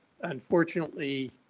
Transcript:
unfortunately